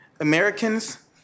Americans